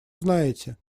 знаете